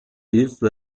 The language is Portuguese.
isso